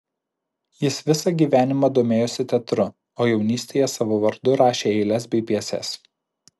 jis visą gyvenimą domėjosi teatru o jaunystėje savo vardu rašė eiles bei pjeses